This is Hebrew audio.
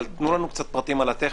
דיברנו על זה.